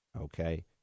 Okay